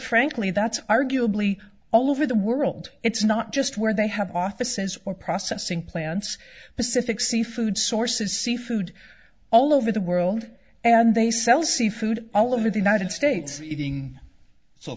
frankly that's arguably all over the world it's not just where they have offices for processing plants pacific seafood sources seafood all over the world and they sell seafood all over the united states eating so